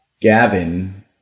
Gavin